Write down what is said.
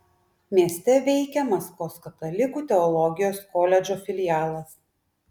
mieste veikia maskvos katalikų teologijos koledžo filialas